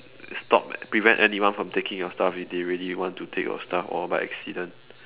stop prevent anyone from taking your stuff if they really want to take your stuff or by accident